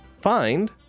Find